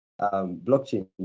blockchain